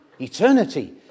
eternity